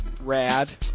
Rad